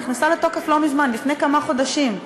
נכנסה לתוקף לא מזמן, לפני כמה חודשים.